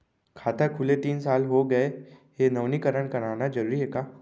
खाता खुले तीन साल हो गया गये हे नवीनीकरण कराना जरूरी हे का?